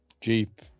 Jeep